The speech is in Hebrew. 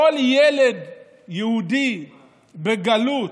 כל ילד יהודי בגלות,